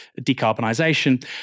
decarbonisation